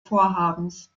vorhabens